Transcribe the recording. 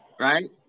Right